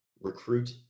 recruit